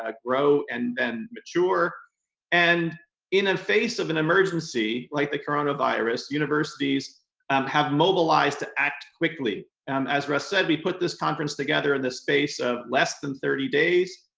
ah grow and mature and in a face of an emergency, like the coronavirus, universities um have mobilized to act quickly. um as russ said, we put this conference together in this space of less than thirty days.